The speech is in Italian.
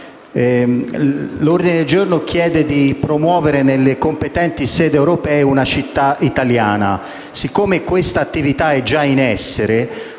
L'ordine del giorno chiede di promuovere nelle competenti sedi europee una città italiana, ma poiché questa attività è già in essere,